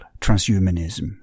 transhumanism